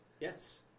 Yes